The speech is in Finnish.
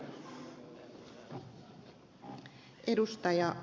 arvoisa rouva puhemies